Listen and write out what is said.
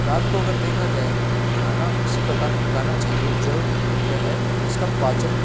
रात को अगर देखा जाए तो खाना इसी प्रकार पकाना चाहिए जो वह है जिसका पाचन